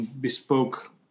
bespoke